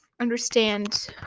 understand